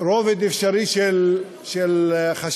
רובד אפשרי של חשיבה.